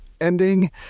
ending